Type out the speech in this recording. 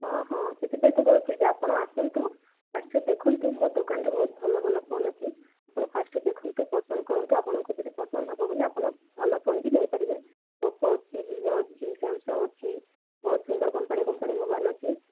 ହଁ ହଁ ସେଥିପାଇଁ ତ କହୁଛି ଯେ ଆପଣ ଆସନ୍ତୁ ଫାର୍ଷ୍ଟ୍ ଦେଖନ୍ତୁ ମୋ ଦୋକାନରେ ବହୁତ ଭଲ ଭଲ ଫୋନ୍ ଅଛି ଆପଣ ଫାର୍ଷ୍ଟ୍ ଦେଖନ୍ତୁ ପସନ୍ଦ କରନ୍ତୁ ଆପଣଙ୍କୁ ଯଦି ପସନ୍ଦ ହେବ ବୋଲି ଭଲ ଫୋନ୍ ବି ନେଇପାରିବେ ଓପୋ ଅଛି ଭିବୋ ଅଛି ସାମସଙ୍ଗ୍ ଅଛି ବହୁତ ସୁନ୍ଦର କମ୍ପାନୀ କମ୍ପାନୀ ମୋବାଇଲ୍ ଅଛି